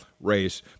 race